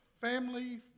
family